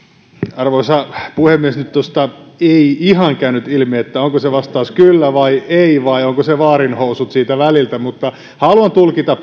arvoisa puhemies nyt tuosta ei ihan käynyt ilmi onko se vastaus kyllä vai ei vai onko se vaarinhousut siitä väliltä mutta haluan tulkita